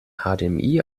hdmi